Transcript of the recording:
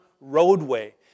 roadway